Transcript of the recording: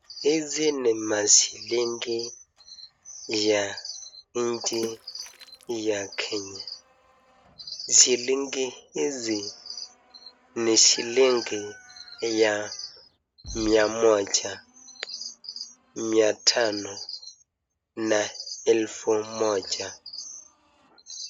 Hizi ni mashilingi ya nchi ya Kenya. Shilingi hizi ni shilingi ya 100 500 na 1000.